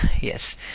Yes